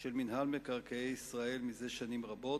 של מינהל מקרקעי ישראל זה שנים רבות,